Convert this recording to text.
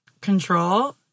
control